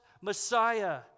Messiah